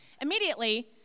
Immediately